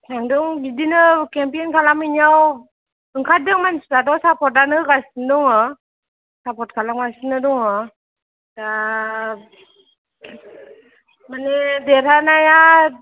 थांदों बिदिनो केम्पिं खालामहैनायाव ओंखारदों मानसिफ्राथ' सापर्तआनो होगासिनो दङ सापर्थ खालामगासिनो दङ दा मानि देरहानाया